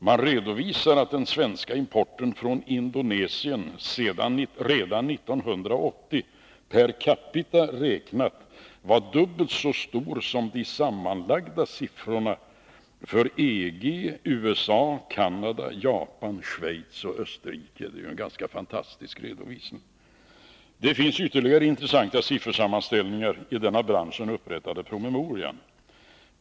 Man redovisar att siffran för den svenska importen från Indonesien redan 1980 per capita räknat var dubbelt så stor som de sammanlagda siffrorna för EG, USA, Canada, Japan, Schweiz och Österrike. Detta är ju en ganska fantastisk redovisning. Det finns ytterligare intressanta siffersammanställningar i den av branschen upprättade promemorian.